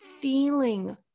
feeling